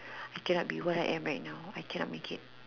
I cannot be where I am right now I cannot make it